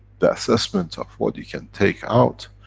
the assessment of what you can take out,